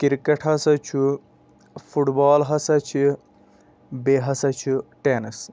cricket ہَسا چھُ football ہَسا چھِ بیٚیہِ ہَسا چھُ ٹٮ۪نٕس